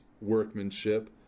workmanship